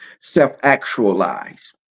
self-actualize